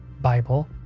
Bible